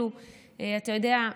אתה יודע,